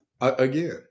again